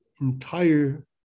entire